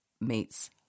meets